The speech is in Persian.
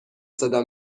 صدا